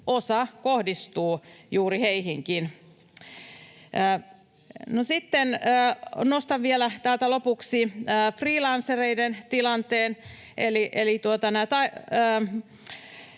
osa kohdistuu juuri heihinkin. No, sitten nostan täältä vielä lopuksi freelancereiden tilanteen